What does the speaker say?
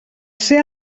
ser